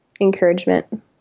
encouragement